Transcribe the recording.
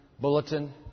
bulletin